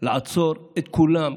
לעצור את כולם,